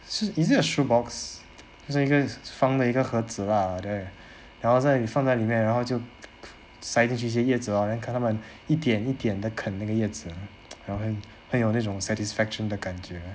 是 is it a shoe box cause 因该放在一个盒子 lah there 然后在放在里面就 塞进去一些叶子 lor 看他们一点一点的啃那个叶子 然后很很有那种 satisfaction 的感觉